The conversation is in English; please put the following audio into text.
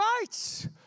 rights